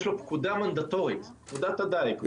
יש לו פקודה מנדטורית, פקודת הדיג.